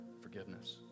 forgiveness